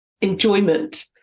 enjoyment